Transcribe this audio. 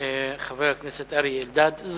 חבר הכנסת אריה אלדד, תודה רבה.